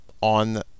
on